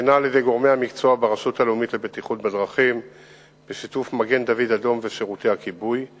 התחבורה והבטיחות בדרכים ביום י"ג